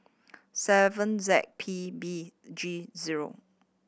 seven Z P B G zero